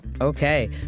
Okay